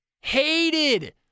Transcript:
hated